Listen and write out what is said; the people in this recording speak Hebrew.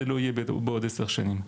זה לא יהיה בעוד עשר שנים.